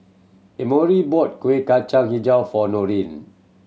Emory bought Kueh Kacang Hijau for Noreen